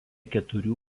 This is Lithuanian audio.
keturių